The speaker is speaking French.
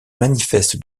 manifeste